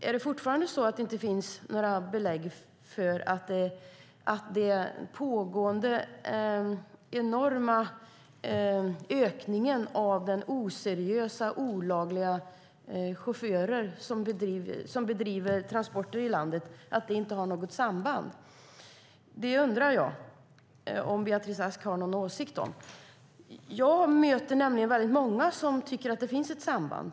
Är det fortfarande så att det inte finns några belägg för ett samband med den enorma ökningen av oseriösa chaufförer som olagligt bedriver transporter i landet? Har Beatrice Ask någon åsikt om det? Jag möter väldigt många som tycker att det finns ett samband.